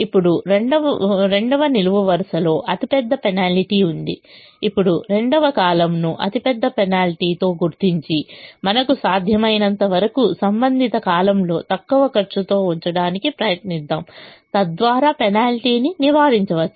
ఇప్పుడు రెండవ నిలువు వరుసలో అతిపెద్ద పెనాల్టీ ఉంది ఇప్పుడు రెండవ కాలమ్ను అతిపెద్ద పెనాల్టీతో గుర్తించి మనకు సాధ్యమైనంతవరకు సంబంధిత కాలమ్లో తక్కువ ఖర్చుతో ఉంచడానికి ప్రయత్నిద్దాం తద్వారా పెనాల్టీను నివారించవచ్చు